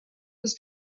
was